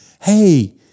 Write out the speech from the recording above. Hey